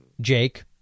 Jake